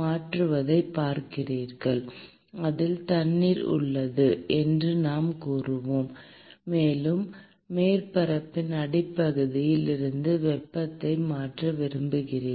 மாற்றுவதைப் பார்க்கிறீர்கள் அதில் தண்ணீர் உள்ளது என்று நாம் கூறுவோம் மேலும் மேற்பரப்பின் அடிப்பகுதியில் இருந்து வெப்பத்தை மாற்ற விரும்புகிறீர்கள்